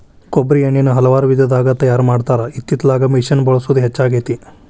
ಕೊಬ್ಬ್ರಿ ಎಣ್ಣಿನಾ ಹಲವಾರು ವಿಧದಾಗ ತಯಾರಾ ಮಾಡತಾರ ಇತ್ತಿತ್ತಲಾಗ ಮಿಷಿನ್ ಬಳಸುದ ಹೆಚ್ಚಾಗೆತಿ